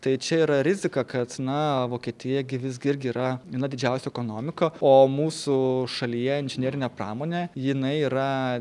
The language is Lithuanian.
tai čia yra rizika kad na voketija gi visgi irgi yra viena didžiausių ekonomikų o mūsų šalyje inžinerinė pramonė jinai yra